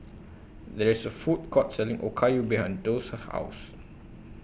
There IS A Food Court Selling Okayu behind Doss' House